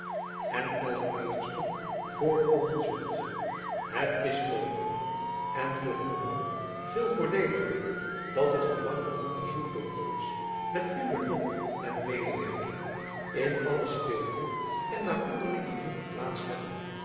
en alle uitersten voorkomen zult het is voor u en voor uw man veel voordeeliger dat het verlangde onderzoek door ons met uwe hulp en medewerking in alle stilte en naar onderling genoegen plaats hebbe